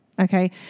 okay